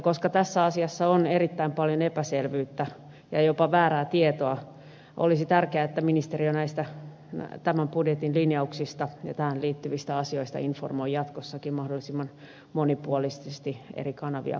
koska tässä asiassa on erittäin paljon epäselvyyttä ja jopa väärää tietoa olisi tärkeää että ministeriö informoi tämän budjetin linjauksista ja tähän liittyvistä asioista jatkossakin mahdollisimman monipuolisesti eri kanavien kautta